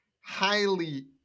highly